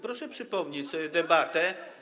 Proszę przypomnieć sobie debatę.